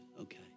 Okay